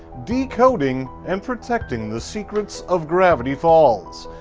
decoding, and protecting the secrets of gravity falls.